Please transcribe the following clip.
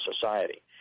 society